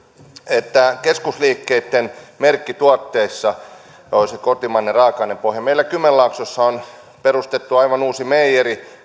että keskusliikkeitten merkkituotteissa olisi kotimainen raaka ainepohja meillä kymenlaaksossa on perustettu aivan uusi meijeri